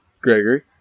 Gregory